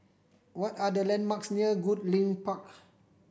what are the landmarks near Goodlink Park